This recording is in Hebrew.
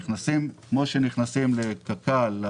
נכנסים לפארק כמו שנכנסים לחורשות של קק"ל.